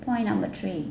point number three